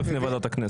לא בפני ועדת הכנסת.